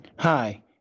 Hi